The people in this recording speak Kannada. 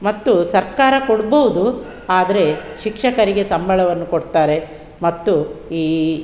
ಮತ್ತು ಸರ್ಕಾರ ಕೊಡಬಹುದು ಆದರೆ ಶಿಕ್ಷಕರಿಗೆ ಸಂಬಳವನ್ನು ಕೊಡ್ತಾರೆ ಮತ್ತು ಈ